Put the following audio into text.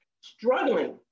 struggling